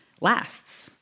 lasts